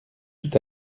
tout